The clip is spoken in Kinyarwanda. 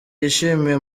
yishimiye